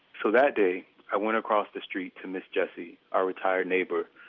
so that day, i went across the street to miss jessie, our retired neighbor,